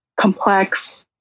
complex